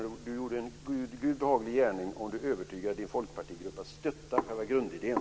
Harald Nordlund gör en gudibehaglig gärning om han övertygar sin folkpartigrupp om att stötta själva grundidén.